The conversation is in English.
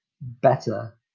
better